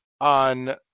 on